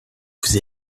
vous